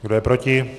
Kdo je proti?